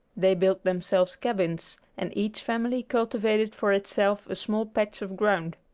they built themselves cabins, and each family cultivated for itself a small patch of ground.